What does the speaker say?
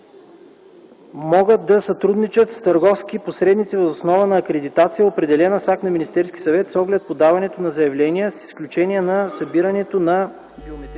могат да сътрудничат с търговски посредници въз основа на акредитация, определена с акт на Министерски съвет, с оглед подаването на заявления, с изключение на събирането на